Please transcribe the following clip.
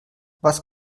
was